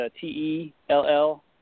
T-E-L-L